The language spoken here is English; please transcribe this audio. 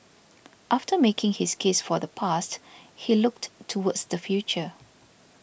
after making his case for the past he looked towards the future